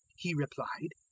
he replied.